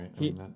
right